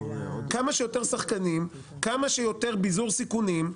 כמה שיותר שחקנים, כמה שיותר ביזור סיכונים.